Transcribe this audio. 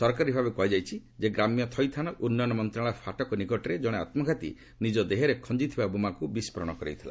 ସରକାରୀ ଭାବେ କୁହାଯାଇଛି ଯେ ଗ୍ରାମ୍ୟ ଥଇଥାନ୍ ଓ ଉନ୍ନୟନ ମନ୍ତ୍ରଣାଳୟର ଫାଟକ ନିକଟରେ ଜଣେ ଆତ୍ମେଘାତୀ ନିଜ ଦେହରେ ଖଞ୍ଜିଥିବା ବୋମାକୁ ବିସ୍କୋରଣ କରାଇଥିଲା